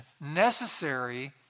necessary